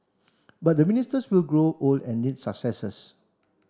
but the ministers will grow old and need successors